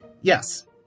Yes